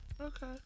Okay